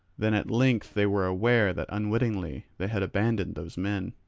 then at length they were aware that unwittingly they had abandoned those men.